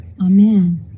Amen